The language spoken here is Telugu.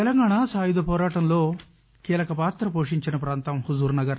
తెలంగాణ సాయుధ పోరాటంలో కీలక పాత పోషించిన పాంతం హుజూర్నగర్